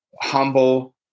humble